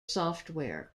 software